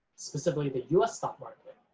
specifically the us stock market.